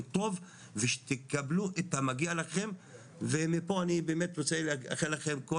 טוב ושתקבלו את המגיע לכם ומפה אני באמת רוצה לאחל לכם כל טוב.